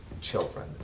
Children